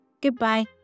Goodbye